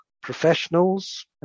professionals